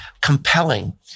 compelling